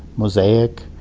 mosaic.